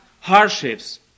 hardships